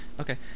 Okay